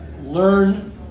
learn